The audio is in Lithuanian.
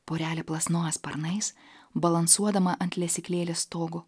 porelė plasnoja sparnais balansuodama ant lesyklėlės stogo